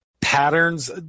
patterns